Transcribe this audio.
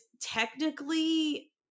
technically